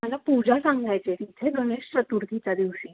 मला पूजा सांगायची आहे तिथे गणेश चतुर्थीच्या दिवशी